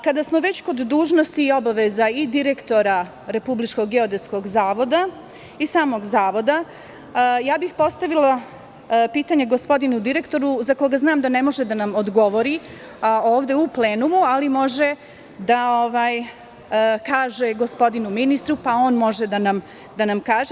Kada smo već kod dužnosti i obaveza i direktora RGZ i samog Zavoda, ja bih postavila pitanje gospodinu direktoru, za koga znam da ne može da nam odgovori ovde u plenumu, ali može da kaže gospodinu ministru, pa on može da nam kaže.